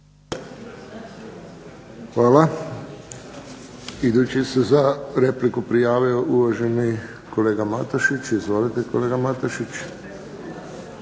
Hvala. Idući se za repliku prijavio uvaženi kolega Matušić. Izvolite kolega Matušić.